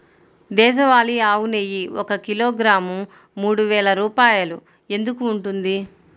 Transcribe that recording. దేశవాళీ ఆవు నెయ్యి ఒక కిలోగ్రాము మూడు వేలు రూపాయలు ఎందుకు ఉంటుంది?